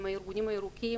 עם הארגונים הירוקים,